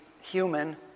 human